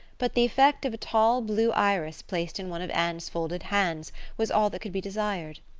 but the effect of a tall blue iris placed in one of anne's folded hands was all that could be desired.